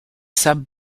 sub